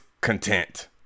content